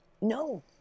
no